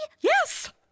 Yes